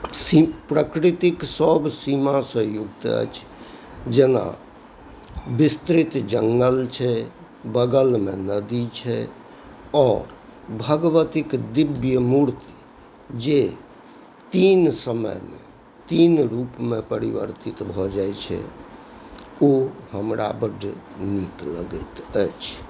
C प्रकृतिक सभसीमासँ युक्त अछि जेना विस्तृत जङ्गल छै बगलमे नदी छै आओर भगवतीके दिव्य मूर्ति जे तीन समयमे तीन रूपमे परिवर्तित भऽ जाइ छै ओ हमरा बडड् नीक लगैत अछि